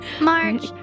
March